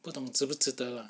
不懂值不值得 ah